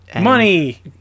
money